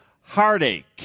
heartache